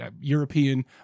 European